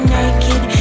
naked